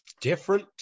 different